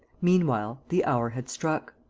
meanwhile, the hour had struck.